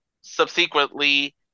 subsequently